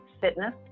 fitness